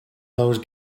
those